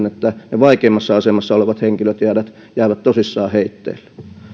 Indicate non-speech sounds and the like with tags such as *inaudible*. *unintelligible* että ne vaikeimmassa asemassa olevat henkilöt jäävät jäävät tosissaan heitteille